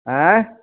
आँय